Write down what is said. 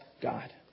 god